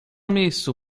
miejscu